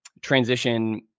transition